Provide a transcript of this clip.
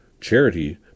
Charity